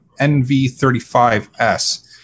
NV35S